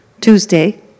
Tuesday